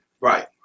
Right